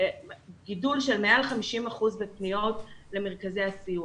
גידול של מעל 50% בפניות למרכזי הסיוע.